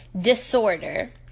disorder